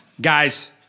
guys